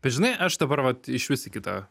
bet žinai aš dabar vat išvis į kitą